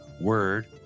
Word